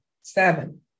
Seven